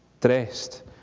dressed